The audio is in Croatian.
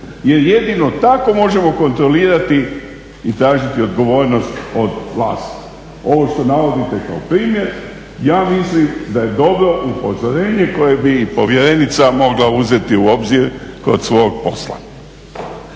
jer jedino tako možemo kontrolirati i tražiti odgovornost od vlasti. Ovo što navodite kao primjer ja mislim da je dobro upozorenje koje bi i povjerenica mogla uzeti u obzir kod svog posla.